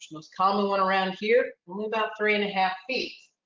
most common one around here only about three and a half feet.